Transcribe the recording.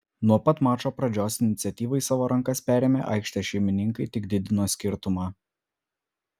nuo pat mačo pradžios iniciatyvą į savo rankas perėmę aikštės šeimininkai tik didino skirtumą